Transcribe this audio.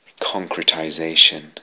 Concretization